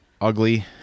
ugly